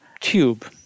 tube